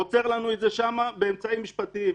עוצר לנו את זה שם באמצעים משפטיים.